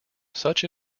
such